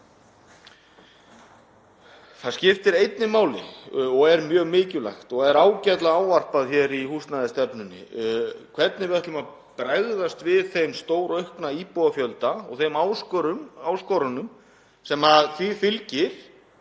Það skiptir einnig máli og er mjög mikilvægt, og er ágætlega ávarpað í húsnæðisstefnunni, hvernig við ætlum að bregðast við þeim stóraukna íbúafjölda og þeim áskorunum sem því fylgja